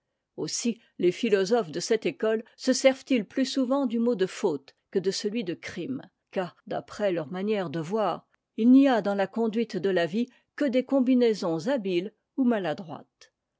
aussi les philosophes de cette école se servent ils plus souvent du mot de faute que de celui de crime car d'après leur manière de voir il n'y a dans la conduite de la vie que des combinaisons habiles ou maladroites